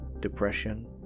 depression